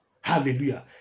Hallelujah